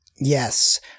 Yes